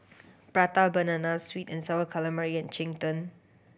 Prata Banana sweet and Sour Calamari and cheng tng